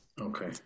Okay